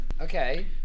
Okay